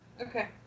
Okay